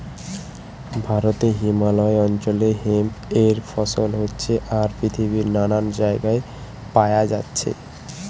ভারতে হিমালয় অঞ্চলে হেম্প এর ফসল হচ্ছে আর পৃথিবীর নানান জাগায় পায়া যাচ্ছে